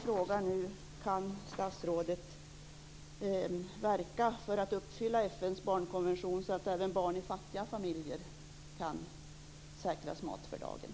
FN:s barnkonvention så att även barn i fattiga familjer kan säkras mat för dagen?